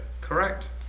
Correct